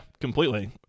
completely